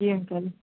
जी uncle